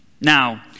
Now